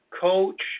coach